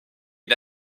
une